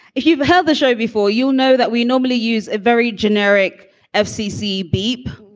if you've heard the show before, you know that we normally use a very generic f. c. c beep.